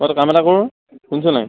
মই এটা কাম এটা কৰোঁ শুনিছ নে নাই